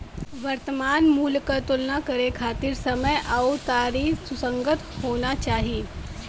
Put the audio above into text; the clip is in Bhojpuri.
वर्तमान मूल्य क तुलना करे खातिर समय आउर तारीख सुसंगत होना चाही